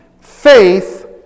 faith